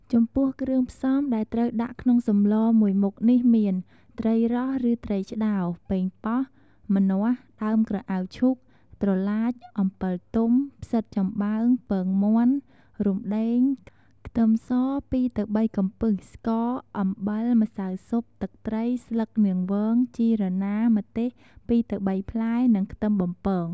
ចំពោះគ្រឿងផ្សំដែលត្រូវដាក់ក្នុងសម្លមួយមុខនេះមាន ត្រីរ៉ស់ឬត្រីឆ្ដោរ ប៉េងប៉ោះ ម្នាស់ ដើមក្រអៅឈូក ត្រឡាច អំពិលទុំ ផ្សិតចំបើង ពងមាន់ រំដេង ខ្ទឹមស ២ទៅ៣ កំពឹស ស្ករ អំបិល ម្សៅស៊ុប ទឹកត្រី ស្លឹកនាងវង ជីរណា ម្ទេស ២ទៅ៣ ផ្លែ និងខ្ទឹមបំពង។